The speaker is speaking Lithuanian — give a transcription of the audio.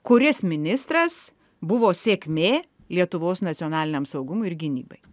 kuris ministras buvo sėkmė lietuvos nacionaliniam saugumui ir gynybai